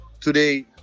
Today